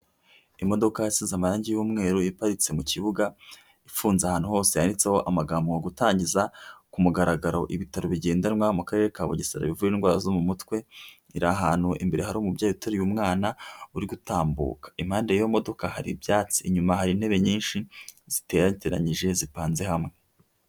Imodoka isize amarangi y'umweru iparitse mu kibuga, ifunze ahantu hose yanditseho amagambo ngo "gutangiza ku mugaragaro ibitaro bigendanwa mu karere ka Bugesera bivura indwara zo mu mutwe," iri ahantu imbere hari umubyeyi uteruye umwana uri gutambuka. Impande y'iyo modoka hari ibyatsi, inyuma hari intebe nyinshi zigerekeranyije, zipanze hamwe.